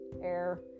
air